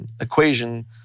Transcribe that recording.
Equation